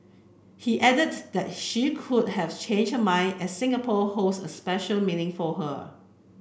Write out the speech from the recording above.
he added that she could have changed her mind as Singapore holds a special meaning for her